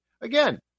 Again